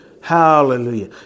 Hallelujah